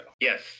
Yes